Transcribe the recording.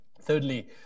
Thirdly